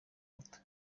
muto